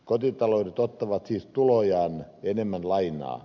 kotitaloudet ottavat siis tulojaan enemmän lainaa